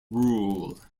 rule